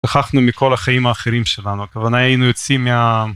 שכחנו מכל החיים האחרים שלנו הכוונה היינו יוצאים מה..